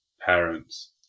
parents